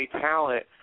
talent